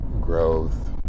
growth